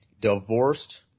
divorced